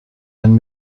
and